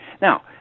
Now